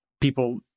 people